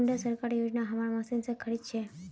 कुंडा सरकारी योजना हमार मशीन से खरीद छै?